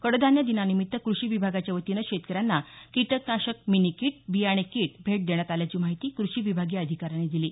कडधान्य दिनानिमित्त कृषी विभागाच्या वतीनं शेतकऱ्यांना किटकनाशक मीनी किट बियाणे किट भेट देण्यात आल्याची माहिती कृषि विभागीय अधिकाऱ्यांनी दिली